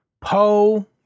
Poe